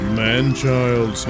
man-child